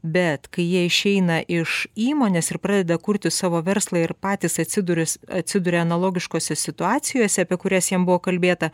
bet kai jie išeina iš įmonės ir pradeda kurti savo verslą ir patys atsiduris atsiduria analogiškose situacijose apie kurias jam buvo kalbėta